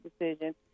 decision